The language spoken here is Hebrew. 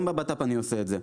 גם בבט"פ אני עושה את זה.